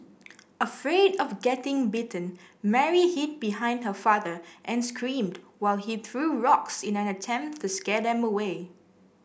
afraid of getting bitten Mary hid behind her father and screamed while he threw rocks in an attempt to scare them away